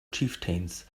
chieftains